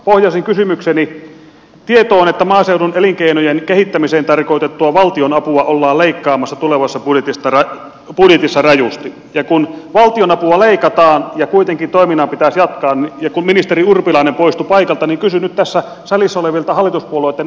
pohjasin kysymykseni tietoon että maaseudun elinkeinojen kehittämiseen tarkoitettua valtionapua ollaan leikkaamassa tulevassa budjetissa rajusti ja kun valtionapua leikataan ja kuitenkin toiminnan pitäisi jatkua ja kun ministeri urpilainen poistui paikalta niin kysyn nyt tässä salissa olevilta hallituspuolueitten edustajilta